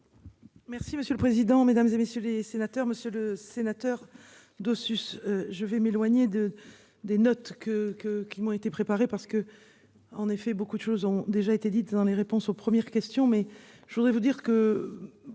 Merci monsieur le président, Mesdames, et messieurs les sénateurs, Monsieur le Sénateur de suce. Je vais m'éloigner de des notes que que qu'ils m'ont été préparés parce que. En effet, beaucoup de choses ont déjà été dites dans les réponses aux premières questions